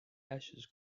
ashes